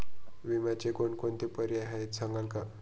विम्याचे कोणकोणते पर्याय आहेत सांगाल का?